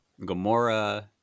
Gamora